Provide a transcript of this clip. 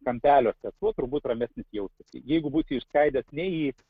kampeliuose tuo turbūt ramesnis jausitės jeigu būtų išskaidęs ne į